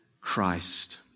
Christ